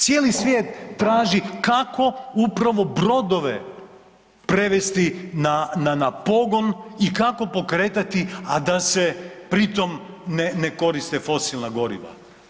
Cijeli svijet traži kako upravo brodove prevesti na pogon i kako pokretati a da se pri tom ne koriste fosilna goriva.